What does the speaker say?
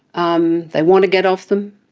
um they want to get off them.